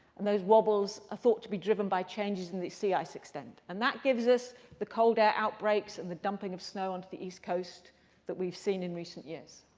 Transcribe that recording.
and those wobbles are thought to be driven by changes in the sea ice extent. and that gives us the cold air outbreaks and the dumping of snow onto the east coast that we've seen in recent years.